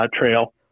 trail